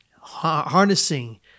harnessing